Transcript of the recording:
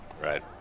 right